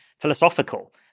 philosophical